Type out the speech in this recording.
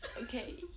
okay